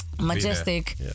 Majestic